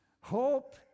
Hope